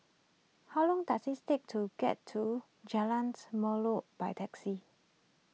how long does it take to get to Jalan Melor by taxi